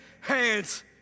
hands